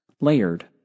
Layered